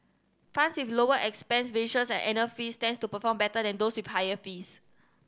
funds with lower expense ratios and annual fees tends to perform better than those with higher fees